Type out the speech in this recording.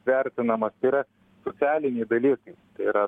vertinamas tai yra socialiniai dalykai tai yra